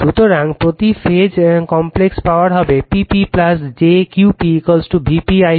সুতরাং প্রতি phase complex power হবে P p jQ p Vp I p conjugate